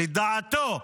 לדעתו,